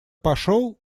пошел